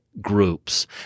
groups